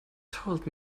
told